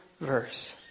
verse